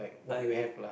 I